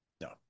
no